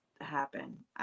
happen